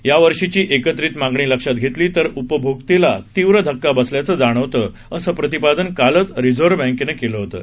यावर्षीची एकत्रित मागणी लक्षात घेतली तर उपभोगतेला तीव्र धक्का बसल्याचं जाणवतं असं प्रतिपादन कालच रिझर्व बँकेनं केलं होतं